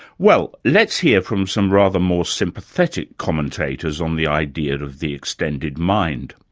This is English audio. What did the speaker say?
well, let's hear from some rather more sympathetic commentators on the idea of the extended mind.